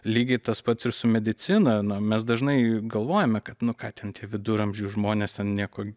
lygiai tas pats ir su medicina na mes dažnai galvojame kad nu ką ten tie viduramžių žmonės ten nieko